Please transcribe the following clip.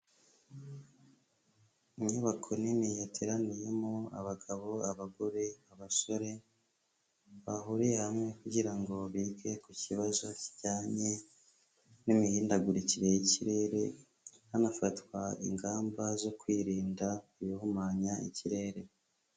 Inyubako nini yateraniyemo abagabo, abagore, abasore bahuriye hamwe . Kugira ngo bige ku kibazo kijyanye n'imihindagurikire y'ikirere hanafatwa ingamba zo kwirinda ibihumanya ikirere.